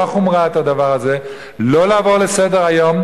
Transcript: החומרה את הדבר הזה ולא לעבור על זה לסדר-היום,